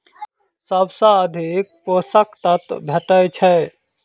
सबसँ अधिक पोसक तत्व भेटय छै?